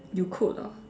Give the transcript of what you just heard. you quote ah